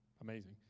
amazing